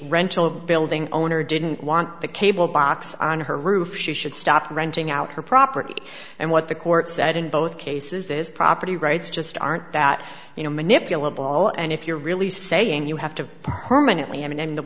rental building owner didn't want the cable box on her roof she should stop renting out her property and what the court said in both cases is property rights just aren't that you know manipulable all and if you're really saying you have to permanently i mean and the